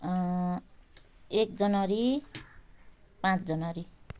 एक जनवरी पाँच जनवरी